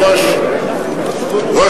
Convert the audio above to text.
תודה רבה.